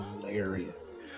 hilarious